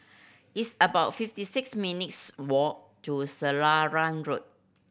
it's about fifty six minutes' walk to Selarang Road